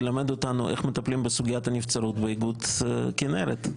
ילמד אותנו איך מטפלים בסוגיית הנבצרות באיגוד כנרת.